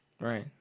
right